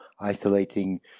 isolating